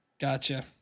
Gotcha